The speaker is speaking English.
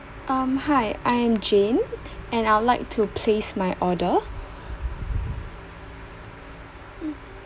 um hi I am jane and I would like to place my order